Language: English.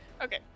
Okay